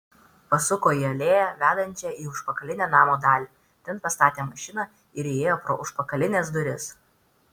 pasuko į alėją vedančią į užpakalinę namo dalį ten pastatė mašiną ir įėjo pro užpakalines duris